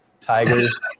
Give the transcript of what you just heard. tigers